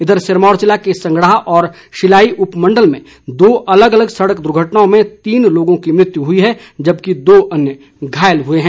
इधर सिरमौर जिले के संगडाह और शिलाई उपमंडल में दो अलग अलग सड़क दुर्घटनाओं में तीन लोगों की मृत्यु हुई है जबकि दो अन्य घायल हुए हैं